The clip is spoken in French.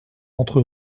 entre